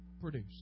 produced